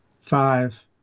Five